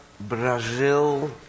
Brazil